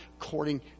according